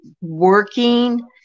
working